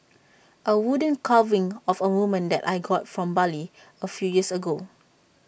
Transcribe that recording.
A wooden carving of A woman that I got from Bali A few years ago